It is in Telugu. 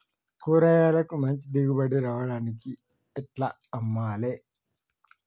కూరగాయలకు మంచి దిగుబడి రావడానికి ఎట్ల అమ్మాలే?